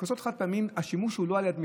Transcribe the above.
כוסות חד-פעמיות, השימוש הוא לא על יד מטבח,